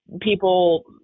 people